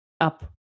up-